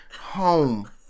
home